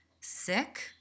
sick